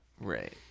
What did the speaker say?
right